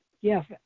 yes